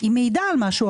היא מעידה על משהו.